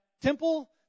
temple